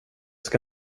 ska